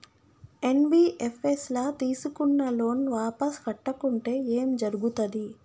NBFS ల తీస్కున్న loan వాపస్ కట్టకుంటే ఏం జర్గుతది?